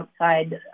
outside